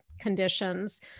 conditions